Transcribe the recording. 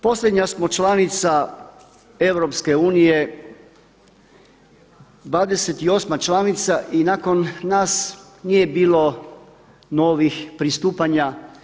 Posljednja smo članica EU, 28.-ma članica i nakon nas nije bilo novih pristupanja.